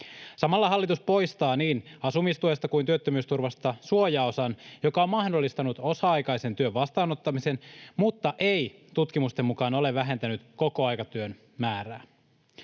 Samalla hallitus poistaa niin asumistuesta kuin työttömyysturvasta suojaosan, joka on mahdollistanut osa-aikaisen työn vastaanottamisen mutta ei tutkimusten mukaan ole vähentänyt kokoaikatyön määrää.